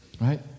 right